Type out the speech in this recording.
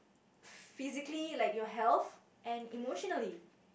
physically like your health and emotionally